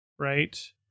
right